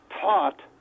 taught